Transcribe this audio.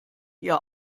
ihr